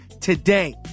today